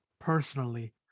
personally